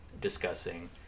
discussing